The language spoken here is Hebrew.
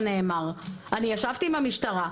ישבתי עם המשטרה.